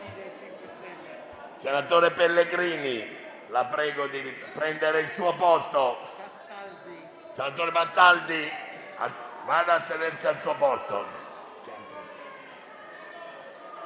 Senatore Pellegrini, la prego di prendere il suo posto. Senatore Castaldi, vada a sedersi al suo posto.